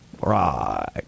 Right